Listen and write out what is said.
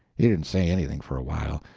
he didn't say anything for a while,